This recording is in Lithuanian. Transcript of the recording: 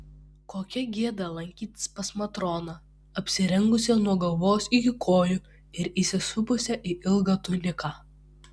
kokia gėda lankytis pas matroną apsirengusią nuo galvos iki kojų ir įsisupusią į ilgą tuniką